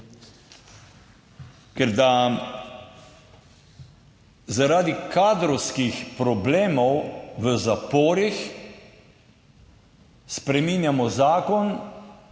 Ker da zaradi kadrovskih problemov v zaporih spreminjamo zakon